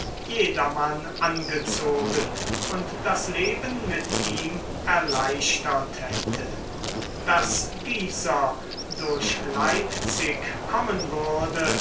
jedermann angezogen und das leben mit ihm erleichtert hätte daß dieser durch leipzig kommen würde